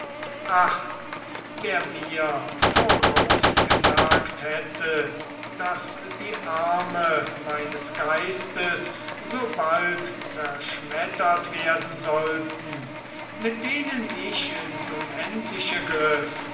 wer mir vorausgesagt hätte daß die arme meines geistes so bald zerschmettert werden sollten mit denen ich ins unendliche